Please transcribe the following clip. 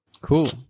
Cool